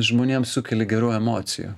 žmonėm sukeli gerų emocijų